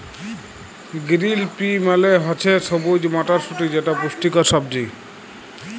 গিরিল pea মালে হছে সবুজ মটরশুঁটি যেট পুষ্টিকর সবজি